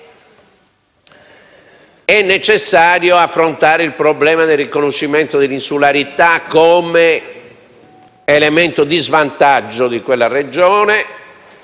è necessario affrontare il problema del riconoscimento della insularità come elemento di svantaggio di quella Regione,